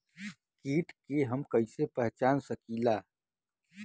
कीट के हम कईसे पहचान सकीला